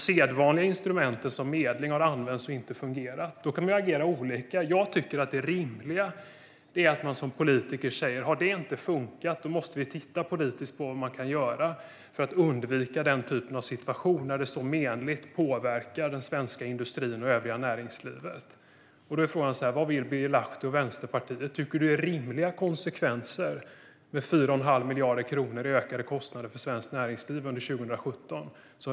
Sedvanliga instrument som medling har använts men inte fungerat. Då kan man agera olika. Jag tycker att det rimliga är att vi som politiker tittar på hur vi kan göra för att undvika en sådan situation som så menligt påverkar den svenska industrin och övriga näringslivet. Då är frågan: Vad vill Birger Lahti och Vänsterpartiet? Tycker ni att det är rimliga konsekvenser med 4,5 miljarder kronor i ökade kostnader för svenskt näringsliv under 2017?